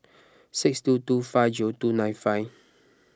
six two two five zero two nine five